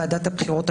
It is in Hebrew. הוועדה,